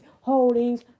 holdings